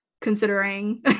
considering